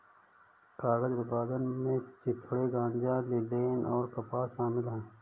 कागज उत्पादन में चिथड़े गांजा लिनेन और कपास शामिल है